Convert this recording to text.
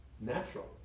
natural